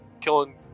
killing